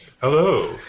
Hello